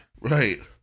Right